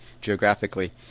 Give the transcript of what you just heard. geographically